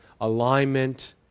alignment